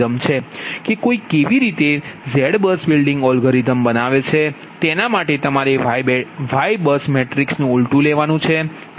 કે કોઈ કેવી રીતે તે ZBUSબિલ્ડિંગ અલ્ગોરિધમ બનાવે છે તેના માટે તમારે YBUS મેટ્રિક્સ નુ ઉલટુ લેવાનું છે